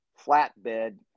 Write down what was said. flatbed